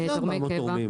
איזה 400 תורמים?